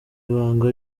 ibanga